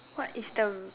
what is the